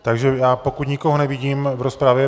Takže pokud nikoho nevidím v rozpravě...